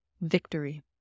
victory